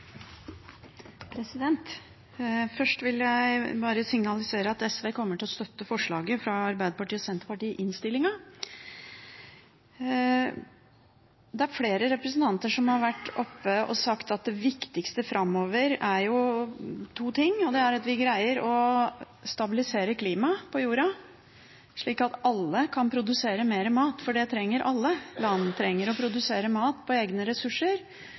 Senterpartiet i innstillingen. Det er flere representanter som har vært oppe og sagt at det viktigste framover er to ting: Det er at vi greier å stabilisere klimaet på jorda, slik at alle kan produsere mer mat, for alle land trenger å produsere mat på egne ressurser.